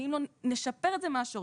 ואם לא נשפר את זה מהשורש,